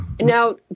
Now